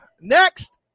next